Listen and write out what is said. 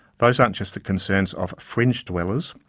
those aren't just the concerns of fringe-dwellers,